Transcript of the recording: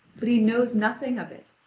but he knows nothing of it,